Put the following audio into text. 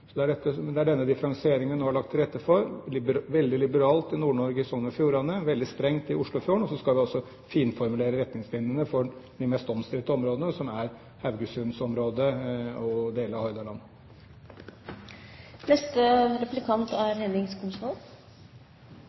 Det er denne differensieringen vi nå har lagt til rette for – veldig liberalt i Nord-Norge og i Sogn og Fordane, veldig strengt i Oslofjorden, og så skal vi finformulere retningslinjene for de mest omstridte områdene, som er Haugesunds-området og i deler av